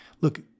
Look